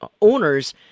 owners